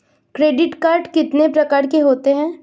Credit card कितने प्रकार के होते हैं?